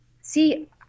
See